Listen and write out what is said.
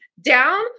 down